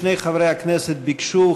שני חברי כנסת ביקשו,